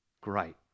Great